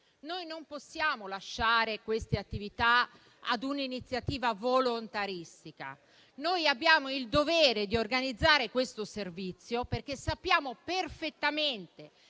noi non possiamo lasciare queste attività ad una iniziativa volontaristica. Noi abbiamo il dovere di organizzare questo servizio perché sappiamo perfettamente